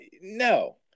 no